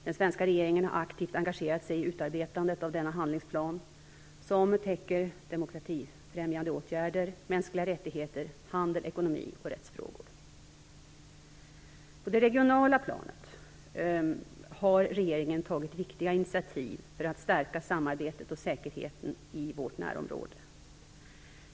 Den svenska regeringen har aktivt engagerat sig i utarbetandet av denna handlingsplan, som täcker demokratifrämjande åtgärder, mänskliga rättigheter, handel, ekonomi och rättsfrågor. På det regionala planet har regeringen tagit viktiga initiativ för att stärka samarbetet och säkerheten i vårt närområde.